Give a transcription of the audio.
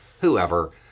whoever